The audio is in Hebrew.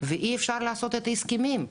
ואי אפשר לעשות את ההסכמים.